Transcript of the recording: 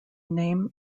name